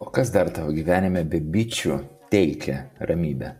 o kas dar tau gyvenime bičių teikia ramybę